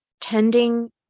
tending